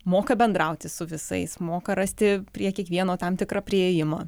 moka bendrauti su visais moka rasti prie kiekvieno tam tikro priėjimo